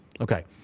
Okay